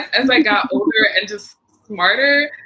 as i got older and just smarter,